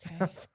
okay